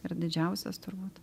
ir didžiausias turbūt